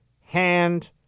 hand